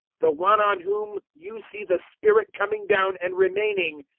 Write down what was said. the one on whom you see the spirit coming down, and remaining,